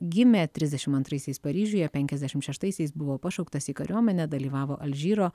gimė trisdešim antraisiais paryžiuje penkiasdešim šeštaisiais buvo pašauktas į kariuomenę dalyvavo alžyro